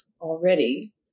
already